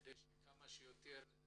כדי שימחקו לכמה שיותר צעירים